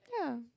yeah